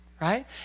right